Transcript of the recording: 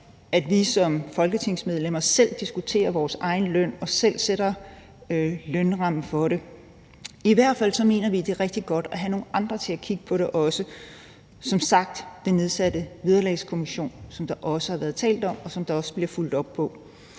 at vi som folketingsmedlemmer selv diskuterer vores egen løn og selv sætter lønrammen for det. I hvert fald mener vi, at det er rigtig godt at have nogle andre til at kigge på det også. Det kunne som sagt være den nedsatte Vederlagskommission, som der også har været talt om, og som der også bliver fulgt op på.